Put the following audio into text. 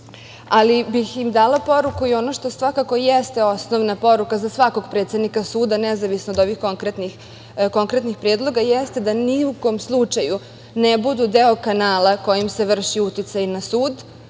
ali bih im dala poruku i ono što svakako jeste osnovna poruka za svakog predsednika suda, nezavisno od ovih konkretnih predloga, jeste da ni u kom slučaju ne budu deo kanala kojim se vrši uticaj na sud